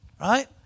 right